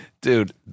Dude